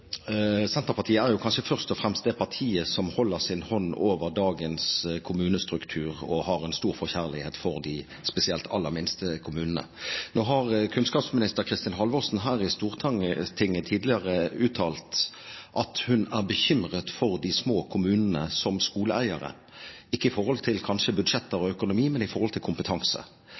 Senterpartiet er jo kanskje først og fremst det partiet som holder sin hånd over dagens kommunestruktur og har en stor forkjærlighet for spesielt de aller minste kommunene. Nå har kunnskapsminister Kristin Halvorsen her i Stortinget tidligere uttalt at hun er bekymret for de små kommunene som skoleeiere – kanskje ikke i forhold til budsjetter og økonomi, men i forhold til kompetanse.